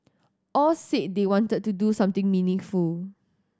all said they wanted to do something meaningful